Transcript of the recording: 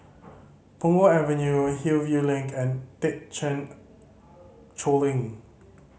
Punggol Avenue Hillview Link and Thekchen Choling